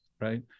right